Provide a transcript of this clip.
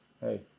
hey